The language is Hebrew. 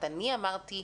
אני אמרתי,